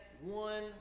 one